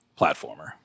platformer